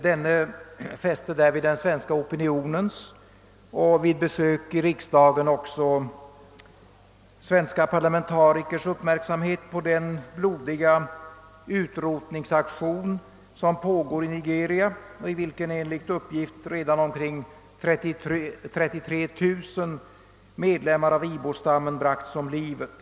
Doktor Ibiam fäste därvid den svenska opinionens och vid besök i riksdagen också svenska parlamentarikers uppmärksamhet på den blodiga utrotningsaktion som pågår i Nigeria och i vilken enligt doktor Ibiams uppgift redan omkring 33 000 medlemmar av ibo-stammen bragts om livet.